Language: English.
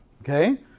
okay